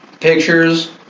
pictures